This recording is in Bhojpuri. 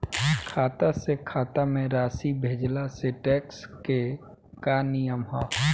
खाता से खाता में राशि भेजला से टेक्स के का नियम ह?